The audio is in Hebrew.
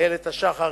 איילת-השחר,